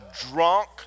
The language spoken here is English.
drunk